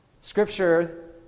Scripture